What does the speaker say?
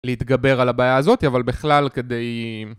להתגבר על הבעיה הזאתי, אבל בכלל כדי...